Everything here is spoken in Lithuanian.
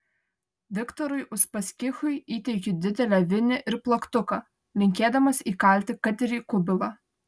viktorui uspaskichui įteikiu didelę vinį ir plaktuką linkėdamas įkalti kad ir į kubilą